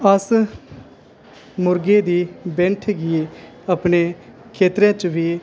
अस मुर्गे दी बैंठ गी अपने खेत्तरें च बी